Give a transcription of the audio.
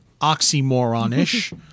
oxymoron-ish